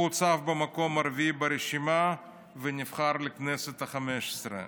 הוא הוצב במקום הרביעי ברשימה ונבחר לכנסת החמש-עשרה.